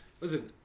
listen